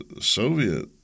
Soviet